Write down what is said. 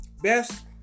best